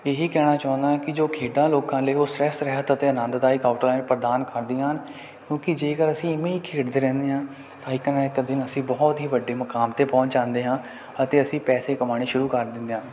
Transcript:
ਇਹ ਹੀ ਕਹਿਣਾ ਚਾਹੁੰਦਾ ਕਿ ਜੋ ਖੇਡਾਂ ਲੋਕਾਂ ਲਈ ਉਹ ਸਟਰੈਸ ਰਹਿਤ ਅਤੇ ਆਨੰਦਾਇਕ ਆਊਟਲਾਈਨ ਪ੍ਰਦਾਨ ਕਰਦੀਆਂ ਹਨ ਕਿਉਂਕਿ ਜੇਕਰ ਅਸੀਂ ਇਵੇਂ ਹੀ ਖੇਡਦੇ ਰਹਿੰਦੇ ਹਾਂ ਤਾਂ ਇੱਕ ਨਾ ਇੱਕ ਦਿਨ ਅਸੀਂ ਬਹੁਤ ਹੀ ਵੱਡੇ ਮੁਕਾਮ 'ਤੇ ਪਹੁੰਚ ਜਾਂਦੇ ਹਾਂ ਅਤੇ ਅਸੀਂ ਪੈਸੇ ਵੀ ਕਮਾਉਣੇ ਸ਼ੁਰੂ ਕਰ ਦਿੰਦੇ ਹਾਂ